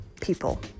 people